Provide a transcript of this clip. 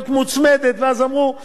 אנחנו לא רוצים לתת לצבא,